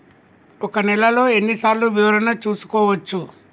ఒక నెలలో ఎన్ని సార్లు వివరణ చూసుకోవచ్చు?